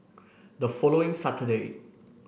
the following Saturday